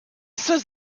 says